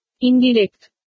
Indirect